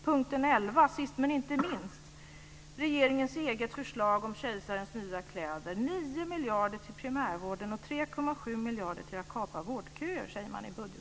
Punkt 11, sist men inte minst, innehåller regeringens eget förslag om kejsarens nya kläder i budgetpropositionen: 9 miljarder till primärvården och 3,7 miljarder till att kapa vårdköer.